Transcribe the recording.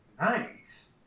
nice